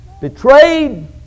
betrayed